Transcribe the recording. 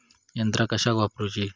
यंत्रा कशाक वापुरूची?